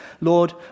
Lord